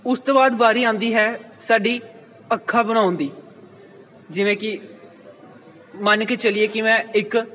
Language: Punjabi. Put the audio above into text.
ਉਸ ਤੋਂ ਬਾਅਦ ਵਾਰੀ ਆਉਂਦੀ ਹੈ ਸਾਡੀ ਅੱਖਾਂ ਬਣਾਉਣ ਦੀ ਜਿਵੇਂ ਕਿ ਮੰਨ ਕੇ ਚੱਲੀਏ ਕਿ ਮੈਂ ਇੱਕ